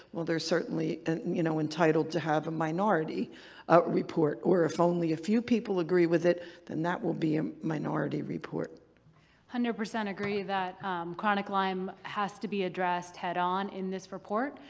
well they're certainly and and you know entitled to have a minority report or if only a few people agree with it then that will be a minority report. i hundred percent agree that chronic lyme has to be addressed head-on in this report.